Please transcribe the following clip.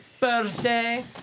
birthday